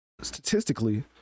statistically